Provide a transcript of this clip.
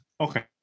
Okay